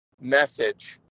message